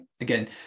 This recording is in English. again